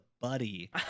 buddy